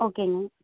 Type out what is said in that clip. ஓகேங்க